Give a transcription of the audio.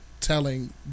telling